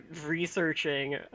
researching